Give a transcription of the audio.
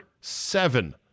seven